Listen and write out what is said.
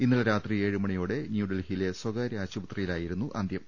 ഇന്നലെ രാത്രി ഏഴുമണി യോടെ ന്യൂഡൽഹിയിലെ സ്വകാര്യ ആശുപത്രിയിലായിരുന്നു അന്ത്യം